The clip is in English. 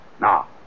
Now